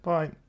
Bye